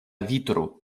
vitro